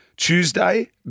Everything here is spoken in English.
Tuesday